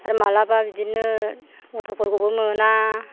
आरो मालाबा बिदिनो अथ'फोरखौबो मोना